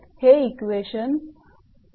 हे इक्वेशन 52 आहे